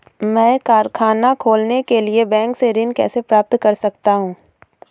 मैं कारखाना खोलने के लिए बैंक से ऋण कैसे प्राप्त कर सकता हूँ?